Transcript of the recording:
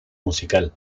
musical